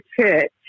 church